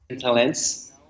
talents